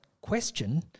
question